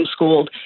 homeschooled